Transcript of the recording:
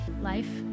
Life